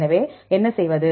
எனவே என்ன செய்வது